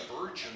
virgin